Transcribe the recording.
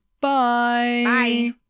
bye